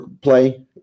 play